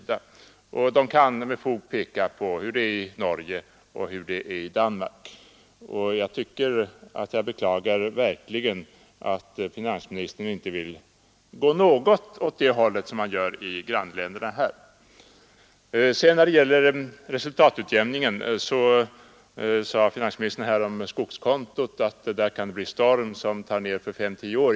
De kan med fog peka på hur det är i Norge och Danmark, och jag beklagar verkligen att finansministern inte vill gå något åt samma håll som man gjort i grannländerna. När det gäller resultatutjämningen med hjälp av skogskonto sade finansministern att skogsägarna kan drabbas av storm som fäller lika mycket som fem å tio års avverkning.